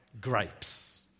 grapes